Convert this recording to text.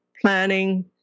planning